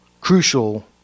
crucial